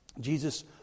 Jesus